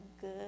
good